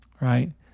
Right